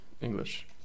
English